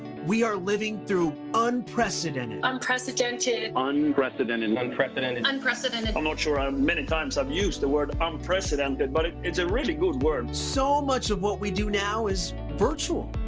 we're living through unprecedented. unprecedented. unprecedented. unprecedented. unprecedented. i'm not sure how many times i've used the word unprecedented but it's a really good word. so much of what we do now is virtual.